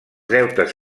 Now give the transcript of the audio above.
deutes